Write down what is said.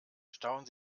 stauen